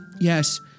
yes